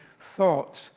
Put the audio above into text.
thoughts